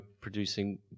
producing